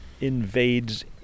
invades